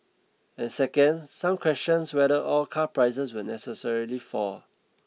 and second some questions whether all car prices will necessarily fall